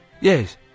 Yes